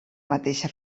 mateixa